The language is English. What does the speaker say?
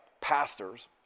pastors